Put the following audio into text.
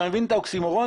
אתה מבין את האוקסימורון?